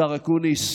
השר אקוניס?